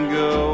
go